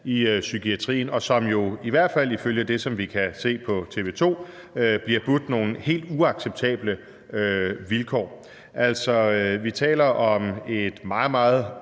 i psykiatrien, og som jo, i hvert fald ifølge det, vi kan se på TV 2, bliver budt nogle helt uacceptable vilkår. Vi taler altså om et meget, meget